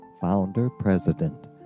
Founder-President